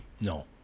No